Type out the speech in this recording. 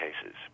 cases